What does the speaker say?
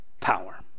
power